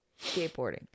skateboarding